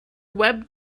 web